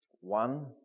One